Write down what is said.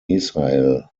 israel